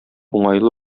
уңайлы